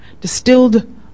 distilled